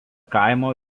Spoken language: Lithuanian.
kaimo